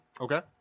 Okay